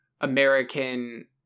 american